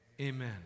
Amen